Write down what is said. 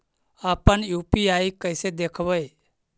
अपन यु.पी.आई कैसे देखबै?